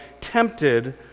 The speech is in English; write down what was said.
tempted